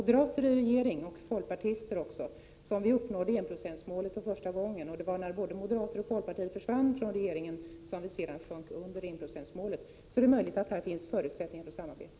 Det var i en regering med folkpartister och moderater som vi uppnådde enprocentsmålet för första gången. När både moderater och folkpartister försvann från regeringen sjönk biståndet under enprocentsmålet. Det är alltså möjligt att det finns förutsättningar för ett samarbete.